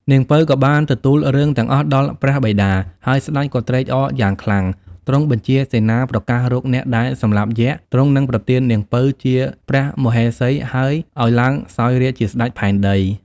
នាងពៅ ក៏បានទៅទូលរឿងទាំងអស់ដល់ព្រះបិតា ហើយស្តេចក៏ត្រេកអរយ៉ាងខ្លាំង ទ្រង់បញ្ជាសេនាប្រកាសរកអ្នកដែលសម្លាប់យក្ខ ទ្រង់នឹងប្រទាននាងពៅ ជាព្រះមហេសី ហើយឱ្យឡើងសោយរាជ្យជាស្តេចផែនដី។។